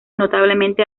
notablemente